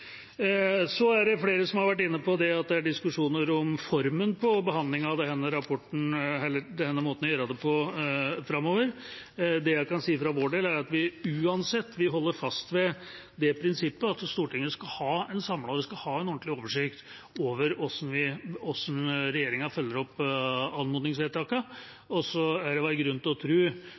er flere som har vært inne på at det er diskusjoner om formen på behandlingen av denne rapporten, eller denne måten å gjøre det på framover. Det jeg kan si for vår del er at vi uansett vil holde fast ved det prinsippet at Stortinget skal ha en samlet og ordentlig oversikt over hvordan regjeringen følger opp anmodningsvedtakene. Og så er det vel grunn til å